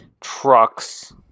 trucks